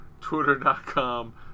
twitter.com